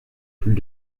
plus